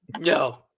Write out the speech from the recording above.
no